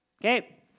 Okay